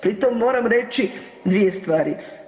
Pritom moram reći dvije stvari.